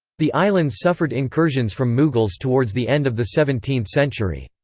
the islands suffered incursions from mughals towards the end of the seventeenth century.